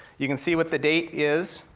you can see what the date is,